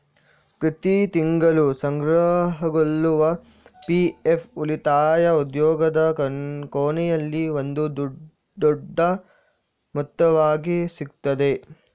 ಪ್ರತಿ ತಿಂಗಳು ಸಂಗ್ರಹಗೊಳ್ಳುವ ಪಿ.ಎಫ್ ಉಳಿತಾಯ ಉದ್ಯೋಗದ ಕೊನೆಯಲ್ಲಿ ಒಂದು ದೊಡ್ಡ ಮೊತ್ತವಾಗಿ ಸಿಗ್ತದೆ